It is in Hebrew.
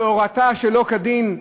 שהורתה שלא כדין,